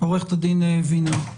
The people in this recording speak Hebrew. עורכת דין וינר,